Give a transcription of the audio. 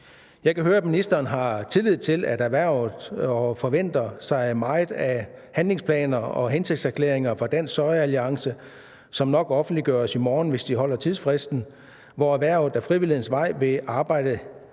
Jeg kan høre, at ministeren har tillid til erhvervet og forventer sig meget af handlingsplaner og hensigtserklæringer fra den danske sojaalliance, som nok offentliggøres i morgen, hvis de overholder tidsfristen, hvor erhvervet ad frivillighedens vej vil arbejde